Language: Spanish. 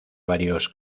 varios